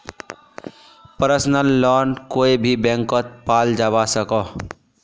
personal loan कोए भी बैंकोत पाल जवा सकोह